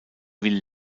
will